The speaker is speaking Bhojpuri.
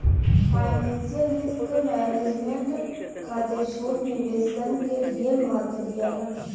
फाइनेंशियल रिस्क मैनेजमेंट खातिर छोट निवेश सन के ढेर महत्व दियाला